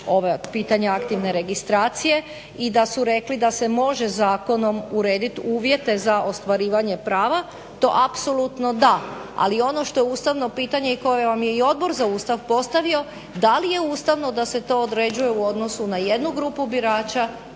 ovog pitanja aktivne registracije i da su rekli da se može zakonom urediti uvjete za ostvarivanje prava. To apsolutno da, ali ono što je ustavno pitanje i koje vam je i Odbor za Ustav postavio da li je ustavno da se to određuje u odnosu na jednu grupu birača,